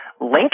link